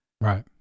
Right